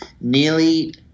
nearly